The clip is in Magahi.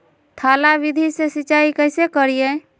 थाला विधि से सिंचाई कैसे करीये?